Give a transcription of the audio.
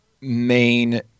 main